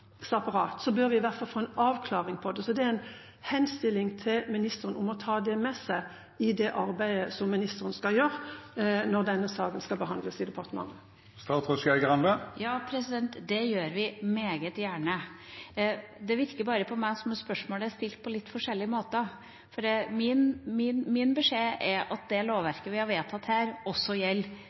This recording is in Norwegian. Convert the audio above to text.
arbeidet ministeren skal gjøre når denne saken skal behandles i departementet. Ja, det gjør vi meget gjerne. Det virker på meg som om spørsmålet er stilt på litt forskjellige måter. Min beskjed er at det lovverket vi har vedtatt her, også gjelder